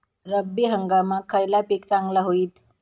रब्बी हंगामाक खयला पीक चांगला होईत?